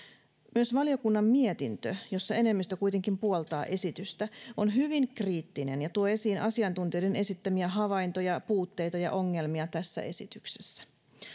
myös valiokunnan mietintö jossa enemmistö kuitenkin puoltaa esitystä on hyvin kriittinen ja tuo esiin asiantuntijoiden esittämiä havaintoja puutteita ja ongelmia tässä esityksessä